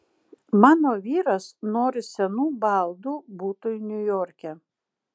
mano vyras nori senų baldų butui niujorke